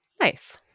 nice